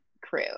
crew